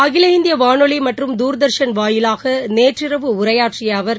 அகில இந்திய வானொலி மற்றும் தூர்தர்ஷன் வாயிலாக நேற்று இரவு உரையாற்றிய அவர்